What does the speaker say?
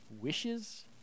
wishes